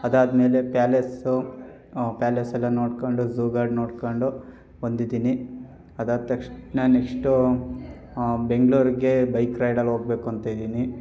ಅದಾದ ಮೇಲೆ palace palace ಎಲ್ಲ ನೋಡ್ಕೊಂಡು ಝೂ ಗಾರ್ಡ್ ನೋಡ್ಕೊಂಡು ಬಂದಿದ್ದೀನಿ ಅದಾದ ತಕ್ಷಣ ನೆಕ್ಸ್ಟು ಬೆಂಗಳೂರಿಗೆ ಬೈಕ್ ರೈಡಲ್ಲಿ ಹೋಗ್ಬೇಕು ಅಂತ ಇದ್ದೀನಿ